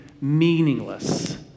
meaningless